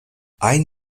ein